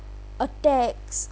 attacks